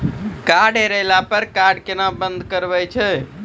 Card हेरैला पर card केना बंद करबै छै?